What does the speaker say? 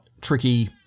tricky